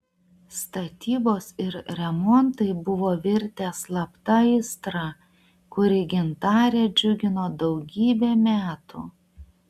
statybos ir remontai buvo virtę slapta aistra kuri gintarę džiugino daugybę metų